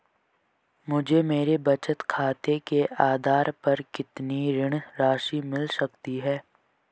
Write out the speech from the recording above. मुझे मेरे बचत खाते के आधार पर कितनी ऋण राशि मिल सकती है?